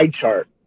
chart